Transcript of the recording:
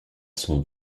son